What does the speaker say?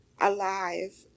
alive